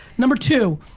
number two,